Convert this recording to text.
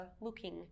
looking